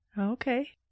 Okay